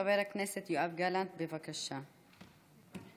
חבר הכנסת יואב גלנט, בבקשה, חמש דקות, בבקשה.